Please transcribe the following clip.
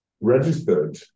registered